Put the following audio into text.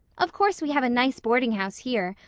of course, we have a nice boardinghouse here,